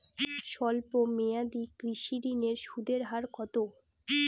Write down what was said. স্বল্প মেয়াদী কৃষি ঋণের সুদের হার কত?